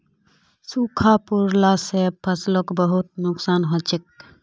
सूखा पोरला से फसलक बहुत नुक्सान हछेक